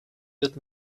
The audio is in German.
wird